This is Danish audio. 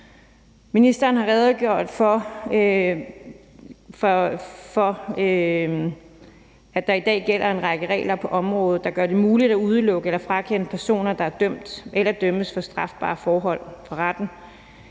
Ministeren har redegjort for, at der i dag gælder en række regler på området, der gør det muligt at udelukke eller frakende personer, der er dømt eller dømmes for strafbare forhold, retten